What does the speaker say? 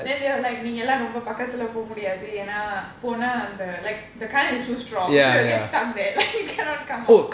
then they were like நீங்கஎல்லாம்ரொம்பபக்கத்துலபோகமுடியாதுஏனாபோனாஅந்த:neenka ellam romba pakkathula poka mudiyathu yena pona antha like the current is too strong so you'll get stuck there like cannot come out